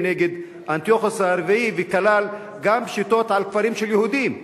נגד אנטיוכוס הרביעי וכלל גם פשיטות על כפרים של יהודים,